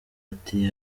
ati